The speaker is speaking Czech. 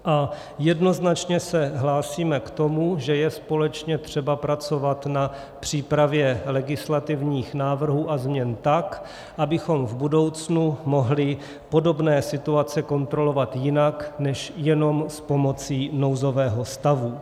Jednoznačně se hlásím k tomu, že je společně třeba pracovat na přípravě legislativních návrhů a změn tak, abychom v budoucnu mohli podobné situace kontrolovat jinak než jenom s pomocí nouzového stavu.